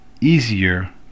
easier